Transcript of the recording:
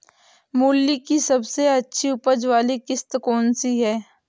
मूली की सबसे अच्छी उपज वाली किश्त कौन सी है?